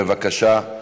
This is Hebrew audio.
בבקשה.